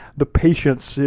the patience,